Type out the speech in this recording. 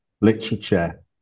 literature